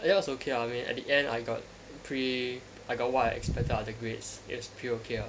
that was okay ah I mean at the end I got pretty I got what I expected out of the grades it was pretty okay ah